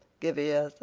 give ear, sir,